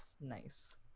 Nice